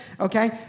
okay